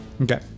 Okay